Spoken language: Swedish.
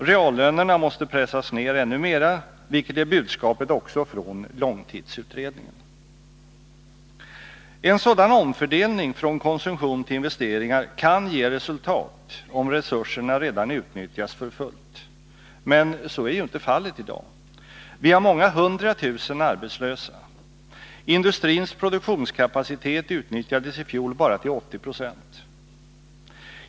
Reallönerna måste pressas ner ännu mera, vilket är budskapet också från långstidsutredningen. En sådan omfördelning från konsumtion till investeringar kan ge resultat, om resurserna redan utnyttjas för fullt, men så är ju inte fallet i dag. Vi har många hundra tusen arbetslösa. Industrins produktionskapacitet utnyttjades i fjol bara till 80 96.